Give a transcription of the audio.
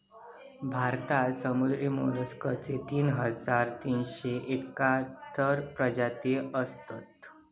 भारतात समुद्री मोलस्कचे तीन हजार तीनशे एकाहत्तर प्रजाती असत